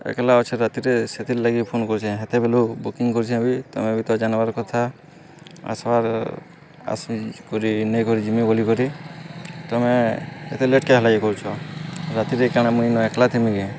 ଏକ୍ଲା ଅଛେଁ ରାତିରେ ସେଥିର୍ ଲାଗି ଫୋନ୍ କରୁଛେଁ ହେତେ ବେଲୁ ବୁକିଂ କରୁଛେଁ ବି ତମେ ବି ତ ଜାନ୍ବାର୍ କଥା ଆସ୍ବାର୍ ଆସିକରି ନେଇକରି ଯିମି ବୋଲିକରି ତମେ ଏତେ ଲେଟ୍ କେଁ ହେଲାଯେ କରୁଛ ରାତିରେ କାଣା ମୁଇଁ ଇନ ଏକ୍ଲା ଥିମି କେଁ